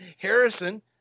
Harrison